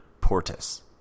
portus